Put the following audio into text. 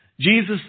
Jesus